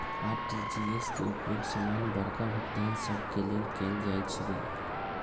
RTGS के उपयोग समान्य बड़का भुगतान सभ के लेल कएल जाइ छइ